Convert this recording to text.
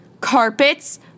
carpets